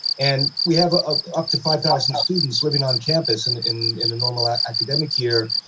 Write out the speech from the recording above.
and we have a up to five thousand students living on campus, and in in a normal academic year.